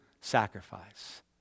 sacrifice